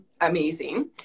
amazing